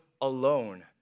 alone